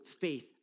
faith